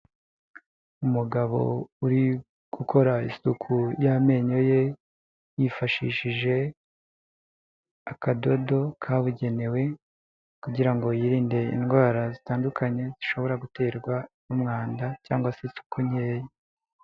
Umugabo uri gukora isuku y'amenyo ye yifashishije akadodo kabugenewe kugira ngo yirinde indwara zitandukanye zishobora guterwa n'umwanda cyangwa se isuku nkeya.